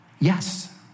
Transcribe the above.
Yes